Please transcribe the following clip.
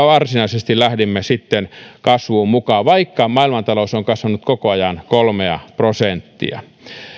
varsinaisesti lähdimme kasvuun mukaan vaikka maailmantalous on kasvanut koko ajan kolmea prosenttia